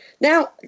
Now